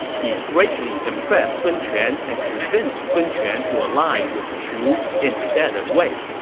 he greatly impressed sun quan and convinced sun quan to ally with shu instead of wei.